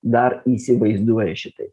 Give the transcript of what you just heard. dar įsivaizduoja šitaip